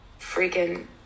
freaking